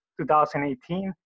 2018